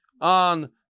on